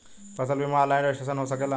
फसल बिमा online registration हो सकेला?